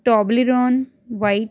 Toblerone white